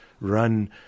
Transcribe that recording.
run